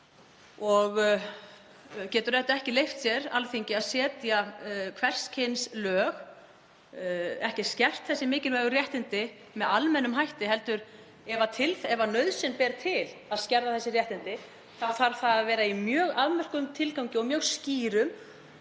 og getur auðvitað ekki leyft sér setja hvers kyns lög, getur ekki skert þessi mikilvægu réttindi með almennum hætti. Ef nauðsyn ber til að skerða þessi réttindi þá þarf það að vera í mjög afmörkuðum tilgangi og mjög skýrum